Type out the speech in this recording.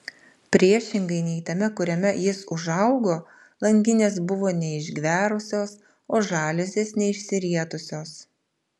priešingai nei tame kuriame jis užaugo langinės buvo neišgverusios o žaliuzės neišsirietusios